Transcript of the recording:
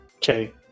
Okay